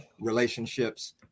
relationships